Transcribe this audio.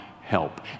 Help